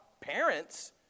parents